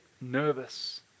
nervous